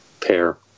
pair